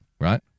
right